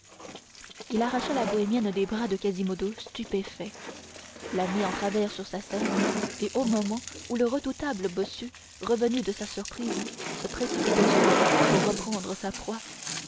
il arracha la bohémienne des bras de quasimodo stupéfait la mit en travers sur sa selle et au moment où le redoutable bossu revenu de sa surprise se précipitait sur lui pour reprendre sa proie